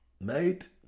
Mate